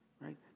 right